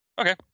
Okay